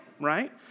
right